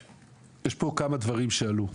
יש פה כמה דברים שעלו,